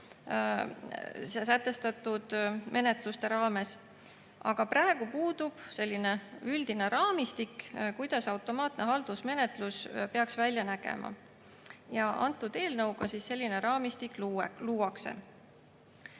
sätestatud menetluste raames. Aga praegu puudub üldine raamistik, kuidas automaatne haldusmenetlus peaks välja nägema. Selle eelnõuga selline raamistik luuaksegi.